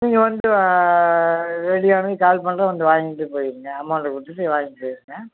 நீங்கள் வந்து ரெடியானதும் கால் பண்ணுறோம் வந்து வாங்கிட்டு போயிருங்க அமௌண்டு கொடுத்துட்டு வாங்கிகிட்டு போயிருங்க